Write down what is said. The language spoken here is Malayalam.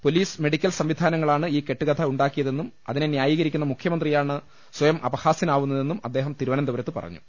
പൊലീസ് മെഡിക്കൽ സംവിധാനങ്ങളാണ് ഈ കെട്ടുകഥ ഉണ്ടാക്കിയതെന്നും ഇതിനെ ന്യായീകരിക്കുന്ന മുഖ്യമന്ത്രി യാണ് സ്വയം അപഹാസ്യനാവുന്നതെന്നും അദ്ദേഹം തിരുവനന്തപുരത്ത് പറഞ്ഞു